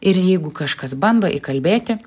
ir jeigu kažkas bando įkalbėti